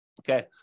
Okay